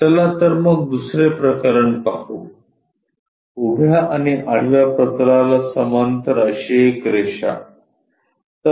12 चला तर मग दुसरे प्रकरण पाहू उभ्या आणि आडव्या प्रतलाला समांतर अशी एक रेषा